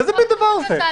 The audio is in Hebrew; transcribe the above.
איזה מין דבר זה?